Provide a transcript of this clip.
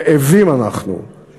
רעבים אנחנו,